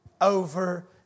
over